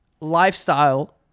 lifestyle